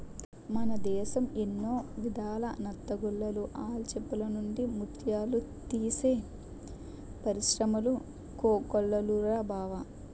మన దేశం ఎన్నో విధాల నత్తగుల్లలు, ఆల్చిప్పల నుండి ముత్యాలు తీసే పరిశ్రములు కోకొల్లలురా బావా